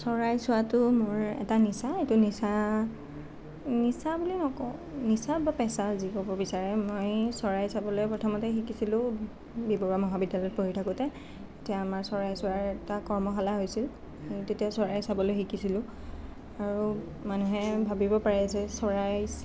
চৰাই চোৱাটো মোৰ এটা নিচা এইটো নিচা নিচা বুলি নকওঁ নিচা বা পেছা যি ক'ব বিচাৰে মই চৰাই চাবলৈ প্ৰথমতে শিকিছিলোঁ বি বৰুৱা মহাবিদ্যালয়ত পঢ়ি থাকোঁতে তেতিয়া আমাৰ এটা চৰাই চোৱাৰ কৰ্মশালা হৈছিল তেতিয়া চৰাই চাবলৈ শিকিছিলোঁ আৰু মানুহে ভাবিব পাৰে যে চৰাই